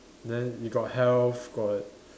then you got health got